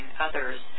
others